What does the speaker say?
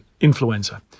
influenza